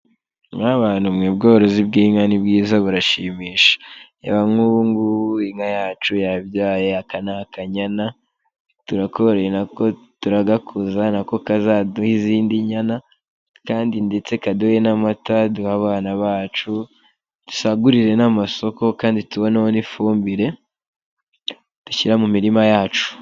Mwa bantu mwe, ubworozi bw'inka ni bwiza, burashimisha. Reba nk'ubu ngubu inka yacu yabyaye, aka ni akanyana. Turakoroye na ko turagakuza, na ko kazaduha izindi nyana, ndetse kaduhe n'amata duha abana bacu, dusagurire n'amasoko kandi tuboneho n'ifumbire dushyira mu mirima yacu.